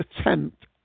attempt